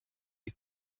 est